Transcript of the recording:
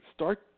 Start